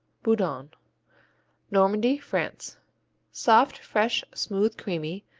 boudon normandy, france soft, fresh, smooth, creamy,